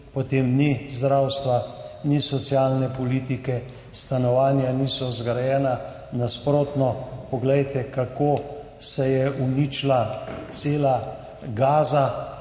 potem ni zdravstva, ni socialne politike, stanovanja niso zgrajena. Nasprotno, poglejte, kako se je uničila cela Gaza,